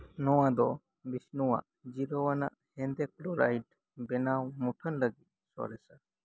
ᱱᱚᱣᱟ ᱫᱚ ᱵᱤᱥᱱᱩ ᱟᱜ ᱡᱤᱨᱟᱹᱣ ᱟᱱᱟᱜ ᱦᱮᱸᱫᱮ ᱠᱳᱞᱳᱨᱟᱭᱤᱴ ᱵᱮᱱᱟᱣ ᱢᱩᱴᱷᱟᱹᱱ ᱞᱟᱹᱜᱤᱫ ᱥᱚᱨᱮᱥᱼᱟ